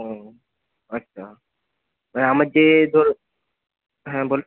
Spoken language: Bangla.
ও আচ্ছা এবারে আমার যে ধরুন হ্যাঁ বলুন